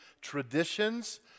traditions